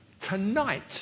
Tonight